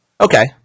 Okay